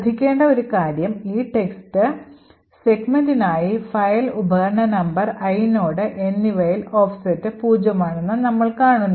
ശ്രദ്ധിക്കേണ്ട ഒരു കാര്യം ഈ ടെക്സ്റ്റ് സെഗ്മെന്റിനായി ഫയൽ ഉപകരണ നമ്പർ ഐനോഡ് എന്നിവയിലെ ഓഫ്സെറ്റ് പൂജ്യമാണെന്ന് നമ്മൾ കാണുന്നു